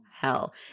Hell